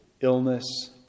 illness